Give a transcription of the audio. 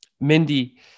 Mindy